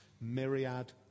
myriad